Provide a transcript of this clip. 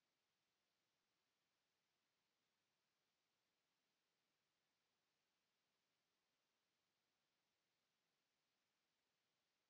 Kiitos.